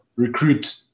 recruit